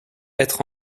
être